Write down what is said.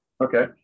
Okay